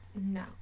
no